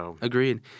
Agreed